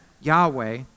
Yahweh